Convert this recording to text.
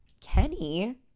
Kenny